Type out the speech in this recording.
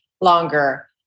longer